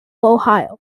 ohio